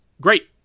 Great